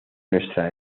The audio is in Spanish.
nuestra